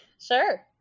Sure